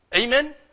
Amen